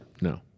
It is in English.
No